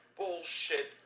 bullshit